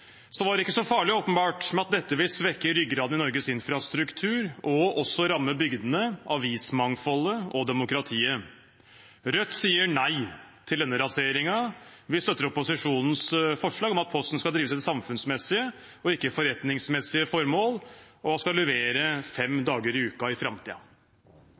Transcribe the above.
Så var det åpenbart ikke så farlig at dette vil svekke ryggraden i Norges infrastruktur, og også ramme bygdene, avismangfoldet og demokratiet. Rødt sier nei til denne raseringen. Vi støtter opposisjonens forslag om at Posten skal drives etter samfunnsmessige og ikke etter forretningsmessige formål og skal levere fem dager i